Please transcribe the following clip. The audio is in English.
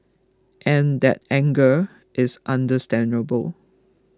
and that anger is understandable